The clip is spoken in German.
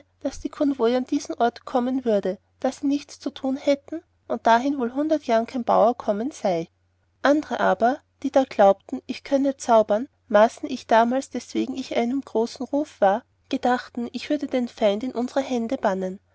daß die konvoi an diesen ort kommen würde da sie nichts zu tun hätten und dahin wohl in hundert jahren kein baur kommen sei andere aber die da glaubten ich könne zaubern maßen ich damals deswegen in einem großen ruf war gedachten ich würde den feind in unsere hände bannen